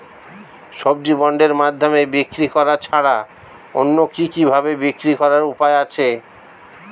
সবজি বন্ডের মাধ্যমে বিক্রি করা ছাড়া অন্য কি কি ভাবে বিক্রি করার উপায় আছে?